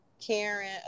Karen